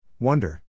Wonder